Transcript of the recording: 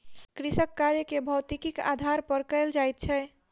कृषिकार्य के भौतिकीक आधार पर कयल जाइत छै